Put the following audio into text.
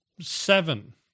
Seven